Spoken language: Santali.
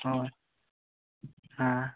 ᱦᱳᱭ ᱦᱮᱸ